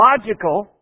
logical